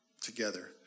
together